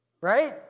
Right